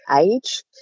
age